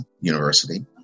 University